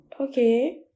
okay